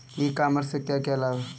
ई commerce से क्या क्या लाभ हैं?